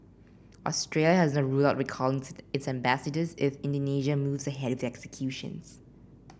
Australia has not ruled out recalling its ambassador if Indonesia moves ahead with the executions